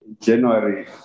January